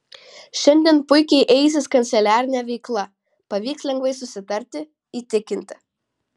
šiandien puikiai eisis kanceliarinė veikla pavyks lengvai susitarti įtikinti